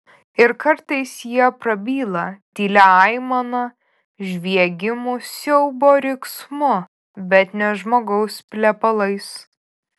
ir kartais jie prabyla tylia aimana žviegimu siaubo riksmu bet ne žmogaus plepalais